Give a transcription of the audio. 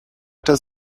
does